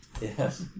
Yes